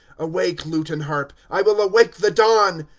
awake lute and harp i will awake the dawn!